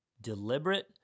deliberate